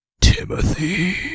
Timothy